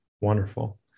Wonderful